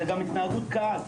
זה גם התנהגות קהל.